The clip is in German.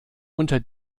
unter